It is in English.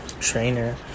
trainer